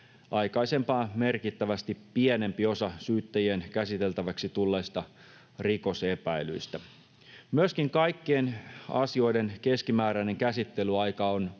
aikaisempaa merkittävästi pienempi osa syyttäjien käsiteltäväksi tulleista rikosepäilyistä. Myöskin kaikkien asioiden keskimääräinen käsittelyaika on